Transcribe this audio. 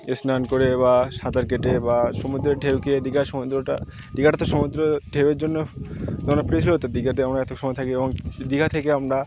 স্নান করে বা সাঁতার কেটে বা সমুদ্রের ঢেউ কে দীঘা সমুদ্রটা দীঘাটা তো সমুদ্র ঢেউয়ের জন্য দীঘাতে আমরা এত সময় থাকি এবং দীঘা থেকে আমরা